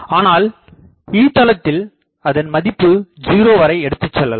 ஆனால் E தளத்தில் அதன் மதிப்பு 0 வரை எடுத்துச்செல்லலாம்